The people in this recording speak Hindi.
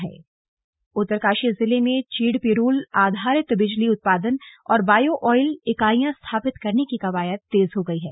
स्लग उत्तरकाशी पिरूल उत्तरकाशी जिले में चीड़ पिरूल आधारित बिजली उत्पादन और बायो ऑयल इकाइयां स्थापित करने की कवायद तेज हो गई हैं